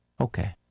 Okay